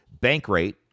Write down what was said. Bankrate